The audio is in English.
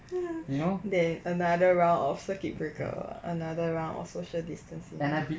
then another round of circuit breaker err another round of social distancing